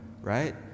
right